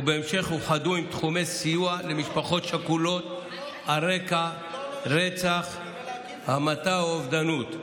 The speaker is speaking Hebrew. ובהמשך אוחדו עם תחומי סיוע למשפחות שכולות על רקע רצח או אובדנות.